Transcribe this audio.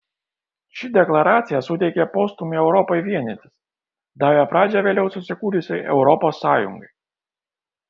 ši deklaracija suteikė postūmį europai vienytis davė pradžią vėliau susikūrusiai europos sąjungai